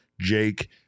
Jake